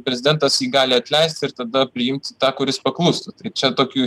prezidentas jį gali atleisti ir tada priimti tą kuris paklūsta tai čia tokių